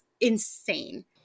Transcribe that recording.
insane